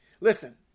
Listen